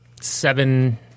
seven